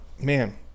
man